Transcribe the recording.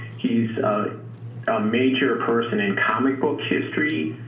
he's a major person in comic book history.